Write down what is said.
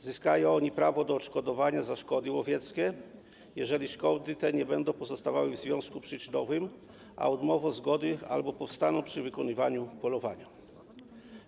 Zyskają oni prawo do odszkodowania za szkody łowieckie, jeżeli szkody te nie będą pozostawały w związku przyczynowym z odmową zgody albo powstaną przy wykonywaniu polowania.